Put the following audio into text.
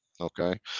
okay